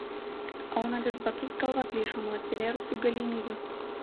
aunantis batus galva plyšo nuo atsivėrusių galimybių